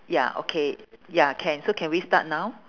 ya okay ya can so can we start now